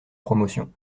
promotion